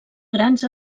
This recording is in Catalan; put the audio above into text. grans